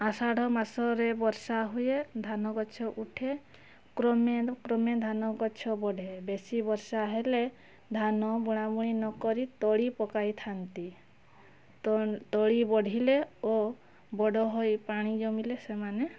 ଅଷାଢ଼ ମାସରେ ବର୍ଷା ହୁଏ ଧାନଗଛ ଉଠେ କ୍ରମେଣ କ୍ରମେ ଧାନଗଛ ବଢ଼େ ବେଶି ବର୍ଷା ହେଲେ ଧାନ ବୁଣାବୁଣି ନକରି ତଳି ପକାଇଥାନ୍ତି ତ ତଳି ବଢ଼ିଲେ ଓ ବଡ଼ ହୋଇ ପାଣି ଜମିଲେ ସେମାନେ